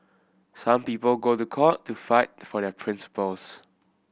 some people go to court to fight for their principles